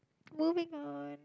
moving on